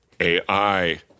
AI